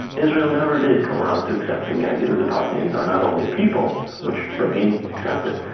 israel never did come around to accepting the idea of the palestinians are not only people, which rabin accepted,